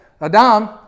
Adam